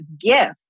gift